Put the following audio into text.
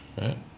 right